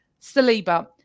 Saliba